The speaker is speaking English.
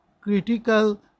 critical